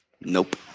Nope